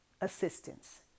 assistance